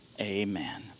Amen